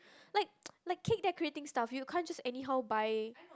like like cake decorating stuff you can't just anyhow buy